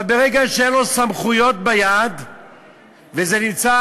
אבל ברגע שאין לו סמכויות ביד וזה נמצא